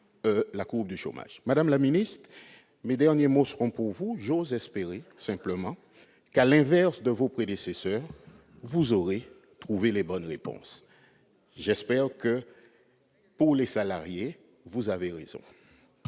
la courbe du chômage. Madame la ministre, mes derniers mots seront pour vous : j'ose espérer que, à l'inverse de vos prédécesseurs, vous aurez trouvé les bonnes réponses ; pour les salariés, j'espère que vous avez raison.